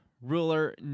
ruler